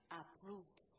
approved